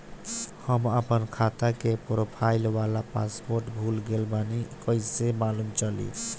हम आपन खाता के प्रोफाइल वाला पासवर्ड भुला गेल बानी कइसे मालूम चली?